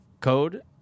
code